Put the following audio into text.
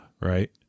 right